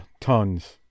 tons